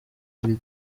iri